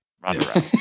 Ronda